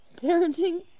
parenting